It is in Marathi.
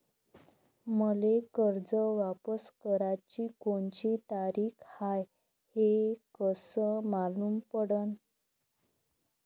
मले कर्ज वापस कराची कोनची तारीख हाय हे कस मालूम पडनं?